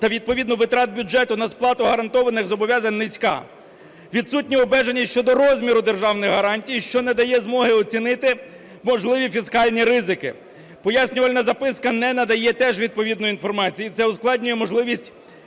та відповідно витрат бюджету на сплату гарантованих зобов'язань низька. Відсутні обмеження щодо розміру державних гарантій, що не дає змоги оцінити можливі фіскальні ризики. Пояснювальна записка не надає теж відповідної інформації, і це ускладнює можливість